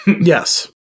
Yes